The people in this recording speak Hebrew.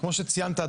כמו שציינת,